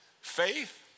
Faith